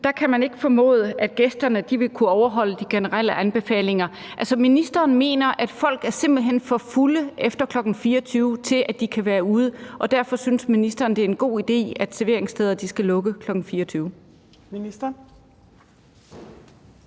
24 kan man ikke formode, at gæsterne vil kunne overholde de generelle anbefalinger. Ministeren mener altså, at folk simpelt hen er for fulde efter kl. 24, til at de kan være ude, og derfor synes ministeren, det er en god idé, at serveringssteder skal lukke kl. 24?